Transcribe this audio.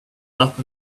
that